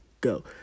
go